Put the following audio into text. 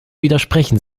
widersprechen